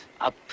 Up